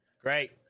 great